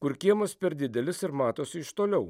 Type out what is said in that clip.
kur kiemas per didelis ir matosi iš toliau